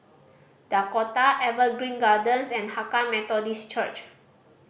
Dakota Evergreen Gardens and Hakka Methodist Church